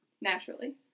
naturally